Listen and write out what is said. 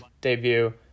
debut